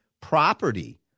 property